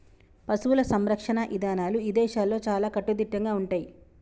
పశువుల సంరక్షణ ఇదానాలు ఇదేశాల్లో చాలా కట్టుదిట్టంగా ఉంటయ్యి